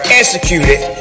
executed